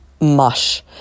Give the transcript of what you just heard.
mush